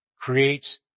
creates